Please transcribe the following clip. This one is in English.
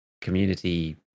community